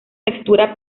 textura